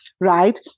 right